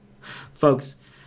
Folks